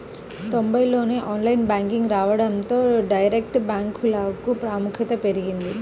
తొంబైల్లోనే online banking రావడంతో direct బ్యాంకులకు ప్రాముఖ్యత పెరిగింది